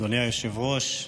אדוני היושב-ראש,